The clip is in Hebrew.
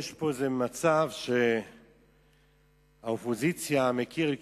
יש פה איזה מצב שהאופוזיציה מקיר אל